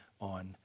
on